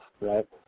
right